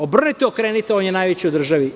Obrnite, okrenite, on je najveći u državi.